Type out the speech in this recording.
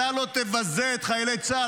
אתה לא תבזה את חיילי צה"ל.